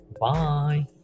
Bye